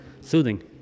Soothing